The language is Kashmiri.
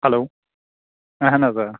ہیٚلو اَہَن حظ آ